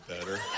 better